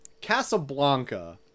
Casablanca